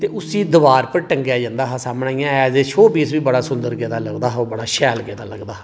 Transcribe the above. ते उसी दवार पर टंगेआ जंदा हा इ'यां ऐज ए शो पीस बी लाया जंदा हा ते ओह् बड़ा शैल गेदा लगदा हा ओह्